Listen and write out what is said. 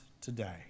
today